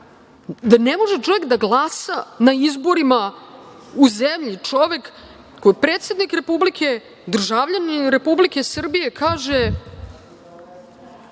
da ne može čovek da glasa na izborima u zemlji, čoveku koji je predsednik Republike, državljanin Republike Srbije, kaže